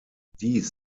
dies